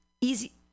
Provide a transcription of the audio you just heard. easy